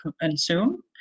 consume